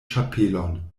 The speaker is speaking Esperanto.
ĉapelon